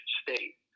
state